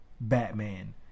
Batman